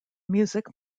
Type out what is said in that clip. music